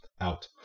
out